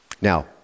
Now